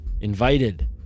invited